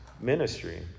ministry